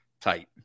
tight